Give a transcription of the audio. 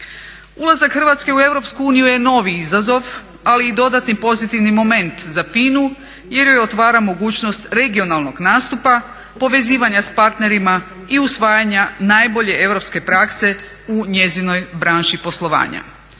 Ulazak Hrvatske u Europsku uniju je novi izazov ali i dodatni pozitivni moment za FINA-u jer joj otvara mogućnost regionalnog nastupa, povezivanja sa partnerima i usvajanja najbolje europske prakse u njezinoj branši poslovanja.